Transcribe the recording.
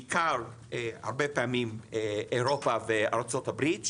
בעיקר הרבה פעמים אירופה וארצות הברית,